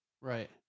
Right